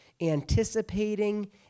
anticipating